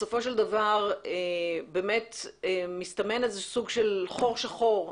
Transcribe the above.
בסופו של דבר באמת מסתמן איזה סוג של חור שחור,